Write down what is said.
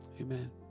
Amen